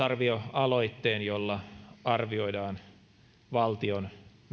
talousarvioaloitteen jolla arvioidaan valtion menojen pienenevän noin yhdeksäntoista pilkku viisi miljoonaa euroa